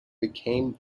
became